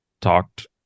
talked